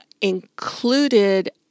included